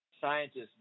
scientists